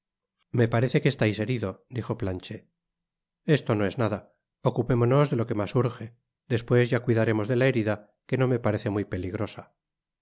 me parece quii estais herido dijo planched esto no es nada ocupémonos de lo que mas urge despues ya cuidaremos de la herida que no me parece muy peligrosa y